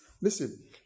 Listen